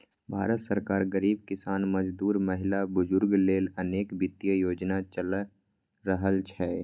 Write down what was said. भारत सरकार गरीब, किसान, मजदूर, महिला, बुजुर्ग लेल अनेक वित्तीय योजना चला रहल छै